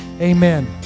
amen